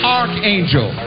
archangel